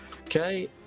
Okay